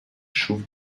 schuf